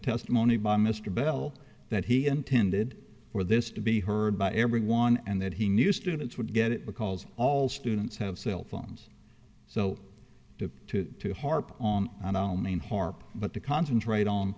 testimony by mr bell that he intended for this to be heard by everyone and that he knew students would get it because all students have cellphones so to harp on and i'll name harp but to concentrate on